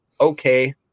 okay